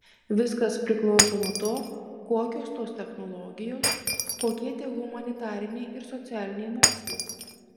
viskas priklauso nuo to kokios tos technologijos kokie tie humanitariniai ir socialiniai mokslai